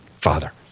Father